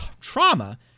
trauma